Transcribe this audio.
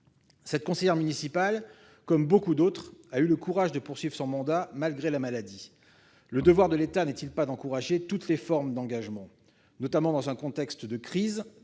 Cette conseillère municipale, comme beaucoup d'autres, a eu le courage de poursuivre son mandat malgré la maladie. Le devoir de l'État n'est-il pas d'encourager toutes les formes d'engagement, notamment dans un contexte où la crise